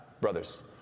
brothers